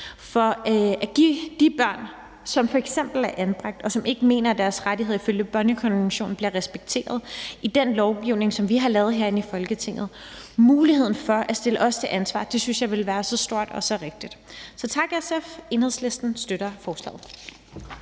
at man giver de børn, som f.eks. er anbragt, og som ikke mener, at deres rettigheder ifølge børnekonventionen bliver respekteret i den lovgivning, som vi har lavet herinde i Folketinget, muligheden for at stille os til ansvar, synes jeg vil være så stort og så rigtigt. Så tak, SF, Enhedslisten støtter forslaget.